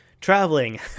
traveling